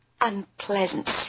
unpleasant